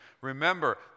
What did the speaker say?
Remember